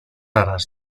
raras